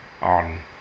on